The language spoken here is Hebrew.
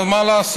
אבל מה לעשות,